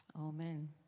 Amen